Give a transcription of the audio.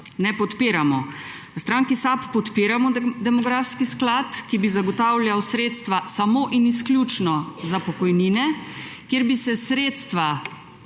ne podpiramo. V stranki SAB podpiramo demografski sklad, ki bi zagotavljal sredstva samo in izključno za pokojnine, kjer bi se sredstva